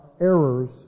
errors